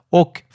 och